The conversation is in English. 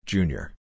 Junior